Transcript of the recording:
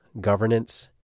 governance